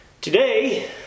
Today